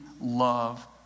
love